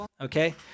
Okay